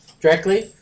directly